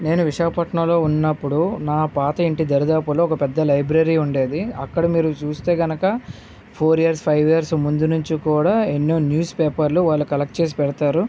నేను విశాఖపట్టణంలో ఉన్నప్పుడు నా పాత ఇంటి దరిదాపుల్లో ఒక పెద్ద లైబ్రరీ ఉండేది అక్కడ మీరు చూస్తే కనుక ఫోర్ ఇయర్స్ ఫైవ్ ఇయర్స్ ముందు నుంచి కూడా ఎన్నో న్యూస్ పేపర్లు వాళ్ళు కలెక్ట్ చేసి పెడతారు